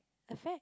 affect